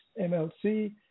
MLC